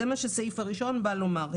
זה מה שהסעיף הראשון בא לומר.